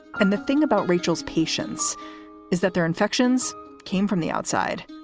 and the thing about rachel's patients is that their infections came from the outside.